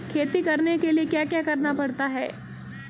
खेती करने के लिए क्या क्या करना पड़ता है?